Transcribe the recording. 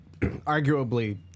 Arguably